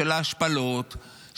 של ההשפלות,